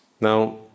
Now